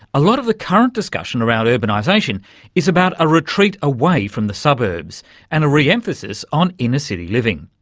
a lot of the current discussion around urbanisation is about a retreat away from the suburbs and a re-emphasis on inner city living.